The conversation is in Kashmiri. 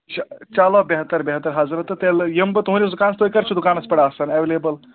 چَ چَلو بہتر بہتر حضرت تیٚلہِ یِمہٕ بہٕ تُہٕنٛدِس دُکانَس تُہۍ کَر چھُ دُکانَس پٮ۪ٹھ آسَان ایویلیبٕل